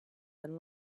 than